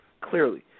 clearly